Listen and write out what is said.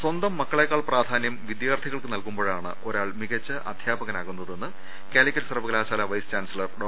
സ്വന്തം മക്കളെക്കാൾ പ്രാധാനൃം വിദ്യാർത്ഥിക്ക് നൽകുമ്പോഴാണ് ഒരാൾ മികച്ച അധ്യാപകനാകുന്നതെന്ന് കാലിക്കറ്റ് സർവകലാശാല വൈസ് ചാൻസലർ ഡോ